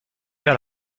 got